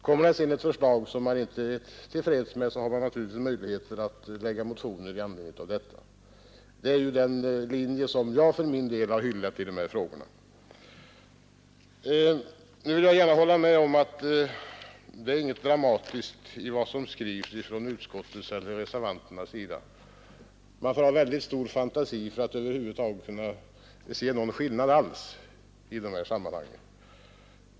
Kommer det sedan förslag som man inte är till freds med, har man naturligtvis möjlighet att lägga fram motioner i anledning av det. Det är den linje som jag för min del har hyllat i den här frågan. Jag håller med om att det inte finns något dramatiskt i vad som skrivs av utskottet eller av reservanterna. Man får ha väldigt stark fantasi för att över huvud taget se någon skillnad i de här sammanhangen.